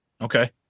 Okay